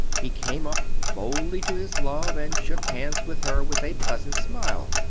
he came up boldly to his love, and shook hands with her with a pleasant smile.